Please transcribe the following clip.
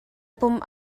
pum